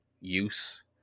use